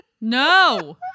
No